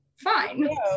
Fine